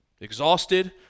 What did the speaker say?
exhausted